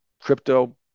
crypto